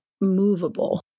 movable